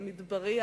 המדברי,